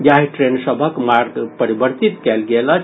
जाहि ट्रेन सभक मार्ग परिवर्तित कयल गेल अछि